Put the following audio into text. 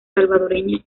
salvadoreña